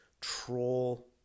troll